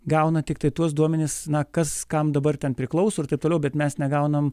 gauna tiktai tuos duomenis na kas kam dabar ten priklauso ir taip toliau bet mes negaunam